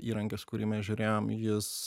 įrankis kurį mes žiūrėjom jis